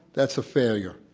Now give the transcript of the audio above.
that's a failure.